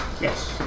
Yes